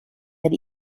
had